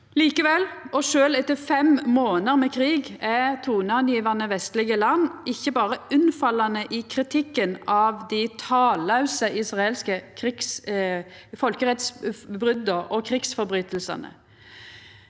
Likevel, og sjølv etter fem månader med krig, er toneangivande vestlege land ikkje berre unnfallande i kritikken av dei tallause israelske folkerettsbrota og krigsbrotsverka;